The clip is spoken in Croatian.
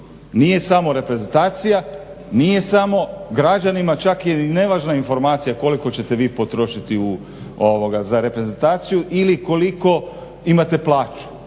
Nije samo reprezentacija, građanima čak je i nevažna informacija koliko ćete vi potrošiti za reprezentaciju ili koliku imate plaću.